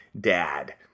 Dad